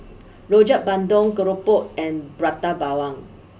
Rrojak Bandung Keropok and Prata Bawang